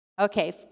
Okay